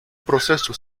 proceso